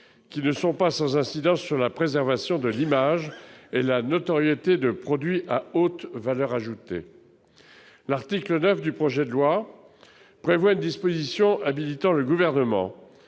qui ne sont pas sans incidence sur la préservation de l'image et la notoriété de produits à haute valeur ajoutée. L'article 9 du projet de loi prévoit une disposition habilitant le Gouvernement